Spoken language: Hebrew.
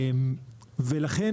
ולכן,